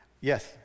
Yes